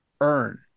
earn